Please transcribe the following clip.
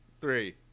three